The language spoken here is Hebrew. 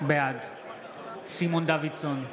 בעד סימון דוידסון,